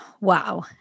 Wow